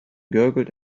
gurgled